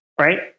right